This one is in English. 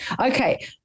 okay